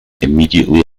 immediately